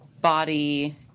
body